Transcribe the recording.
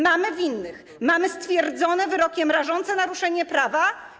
Mamy winnych, mamy stwierdzone wyrokiem rażące naruszenie prawa.